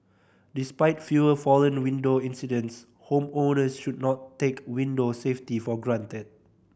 despite fewer fallen window incidents homeowners should not take window safety for granted